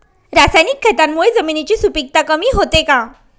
रासायनिक खतांमुळे जमिनीची सुपिकता कमी होते का?